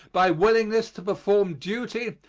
by willingness to perform duty,